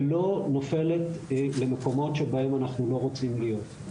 ולא נופלת למקומות שבהם אנחנו לא רוצים להיות.